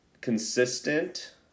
consistent